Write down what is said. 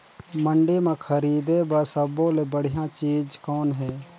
मंडी म खरीदे बर सब्बो ले बढ़िया चीज़ कौन हे?